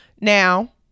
now